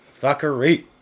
Fuckery